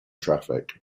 traffic